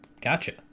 gotcha